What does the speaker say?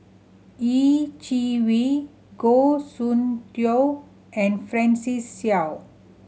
Yeh Chi Wei Goh Soon Tioe and Francis Seow